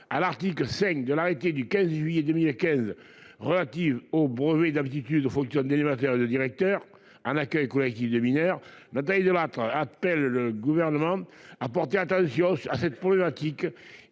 à l'article 5 de l'arrêté du 15 juillet 2015 relatives au brevet d'aptitude fonctionne. De directeur un accueil collectif de mineurs Nathalie Delattre appelle le gouvernement à porter attention à cette problématique